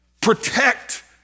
Protect